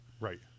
Right